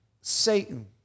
Satan